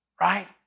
right